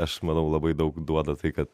aš manau labai daug duoda tai kad